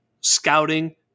scouting